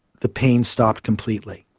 the pain stopped completely.